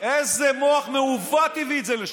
איזה מוח מעוות הביא את זה לשם.